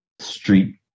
street